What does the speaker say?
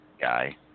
guy